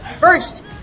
First